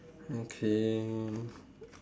okay